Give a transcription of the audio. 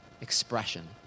expression